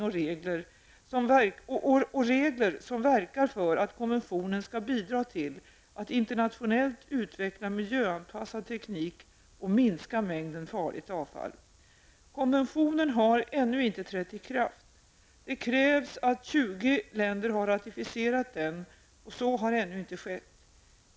Den innehåller även regler som verkar för att konventionen skall bidra till att internationellt utveckla miljöanpassad teknik och minska mängden farligt avfall. Konventionen har ännu inte trätt i kraft -- det krävs att 20 länder har ratificerat den och så har ännu inte skett.